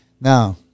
Now